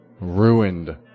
ruined